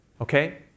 Okay